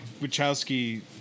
Wachowski